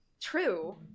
True